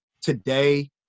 today